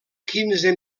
quinze